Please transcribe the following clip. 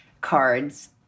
cards